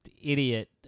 idiot